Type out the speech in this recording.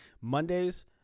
Mondays